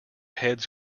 heads